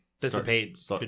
dissipate